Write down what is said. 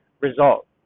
result